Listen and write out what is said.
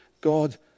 God